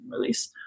release